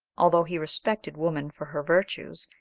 although he respected woman for her virtues,